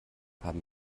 haben